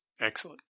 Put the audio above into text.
Excellent